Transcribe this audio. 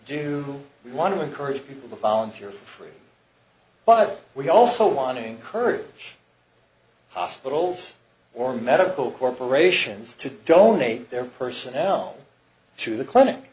do we want to encourage people to volunteer for free but we also want to encourage hospitals or medical corporations to donate their personnel to the clinic